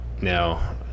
now